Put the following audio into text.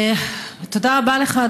תודה רבה לך,